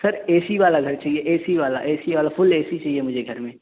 sir A C والا گھر چہیے اے سی والا اے سی والا فل اے سی چاہیے مجھے گھر میں